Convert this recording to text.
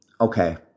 Okay